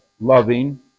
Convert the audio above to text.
loving